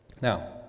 Now